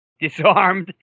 disarmed